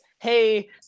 hey